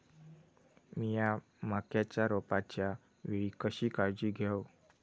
मीया मक्याच्या रोपाच्या वेळी कशी काळजी घेव?